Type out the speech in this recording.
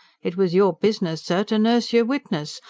it was your business, sir, to nurse your witness.